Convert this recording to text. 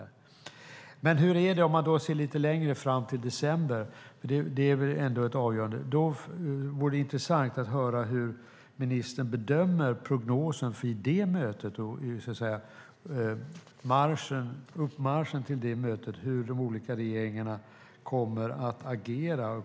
Om vi ser lite längre fram i tiden, till december, som trots allt är en avgörande tidpunkt, vore det intressant att höra hur ministern bedömer prognosen och uppmarschen för det mötet, hur de olika regeringarna kommer att agera.